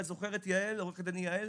את זוכרת עורכת הדין יעל?